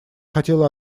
хотела